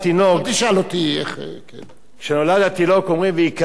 כשנולד התינוק אומרים: וייקרא שמו בישראל, ביתנו.